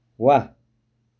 वाह